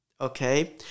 okay